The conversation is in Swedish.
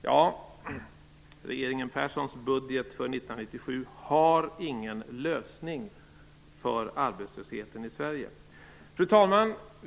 Regeringen Perssons budget för 1997 har ingen lösning för arbetslösheten i Sverige. Fru talman!